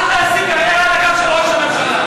אל תעשי קריירה על הגב של ראש הממשלה.